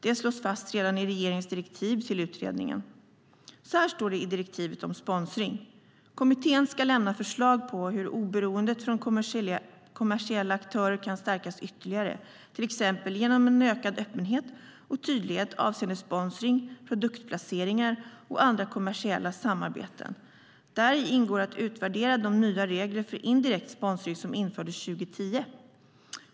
Det slogs fast redan i regeringens direktiv till utredningen. Så här står det i direktivet om sponsring: Kommittén ska lämna förslag på hur oberoendet från kommersiella aktörer kan stärkas ytterligare, till exempel genom en ökad öppenhet och tydlighet avseende sponsring, produktplaceringar och andra kommersiella samarbeten. Däri ingår att utvärdera de nya regler för indirekt sponsring som infördes 2010.